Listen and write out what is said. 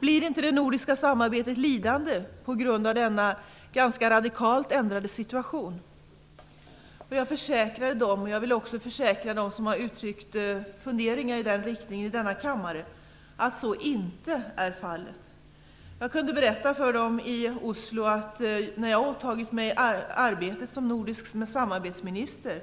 Blir inte det nordiska samarbetet lidande på grund av denna ganska radikalt ändrade situation? Jag försäkrade dem, och jag vill också försäkra dem som har uttryckt funderingar i den riktningen i denna kammare, att så inte är fallet. Jag kunde berätta för dem i Oslo att när jag åtog mig arbetet som nordisk samarbetsminister